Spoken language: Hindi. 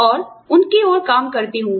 और उनकी ओर काम करती हूँ